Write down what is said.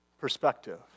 perspective